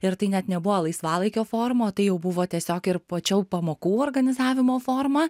ir tai net nebuvo laisvalaikio forma o tai jau buvo tiesiog ir pačių pamokų organizavimo forma